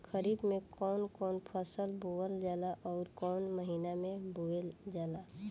खरिफ में कौन कौं फसल बोवल जाला अउर काउने महीने में बोवेल जाला?